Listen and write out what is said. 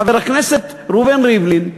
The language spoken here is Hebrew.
חבר הכנסת ראובן ריבלין,